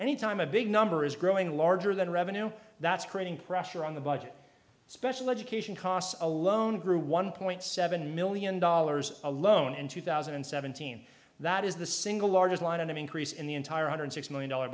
anytime a big number is growing larger than revenue that's creating pressure on the budget special education costs alone grew one point seven million dollars alone in two thousand and seventeen that is the single largest line an increase in the entire hundred six million dollar